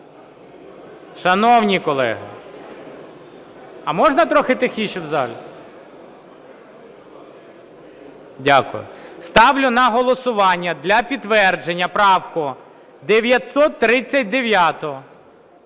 Шановні колеги, а можна трохи тихіше в залі? Ставлю на голосування для підтвердження правку 939-у.